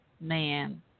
Man